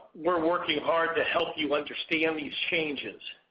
we are working hard to help you understand these changes.